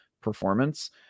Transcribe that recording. performance